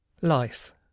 Life